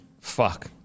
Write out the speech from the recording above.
fuck